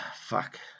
Fuck